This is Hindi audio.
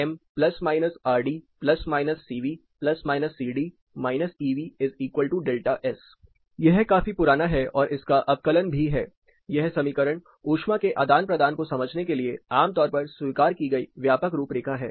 M ± Rd ± Cv ± Cd Ev ∆S यह काफी पुराना है और इसका अवकलन भी है यह समीकरण ऊष्मा के आदान प्रदान को समझने के लिए आमतौर पर स्वीकार की गई व्यापक रूपरेखा है